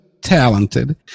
talented